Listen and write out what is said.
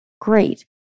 great